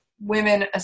women